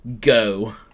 Go